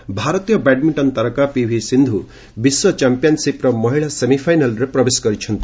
badminton ଭାରତୀୟ badminton ତାରକା PV Sindhu ବିଶ୍ୱ ଚାମ୍ପିୟନ୍ସିପ୍ର ମହିଳା ସେମିଫାଇନାଲ୍ରେ ପ୍ରବେଶ କରିଛନ୍ତି